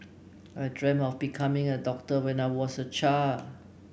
I dreamt of becoming a doctor when I was a child